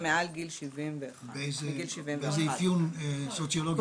באיזה אפיון סוציולוגי?